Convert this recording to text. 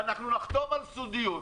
ואנחנו נחתום על סודיות.